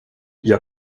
jag